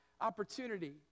opportunity